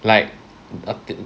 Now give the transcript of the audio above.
like